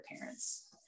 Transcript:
parents